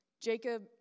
Jacob